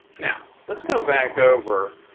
now, let's go back over,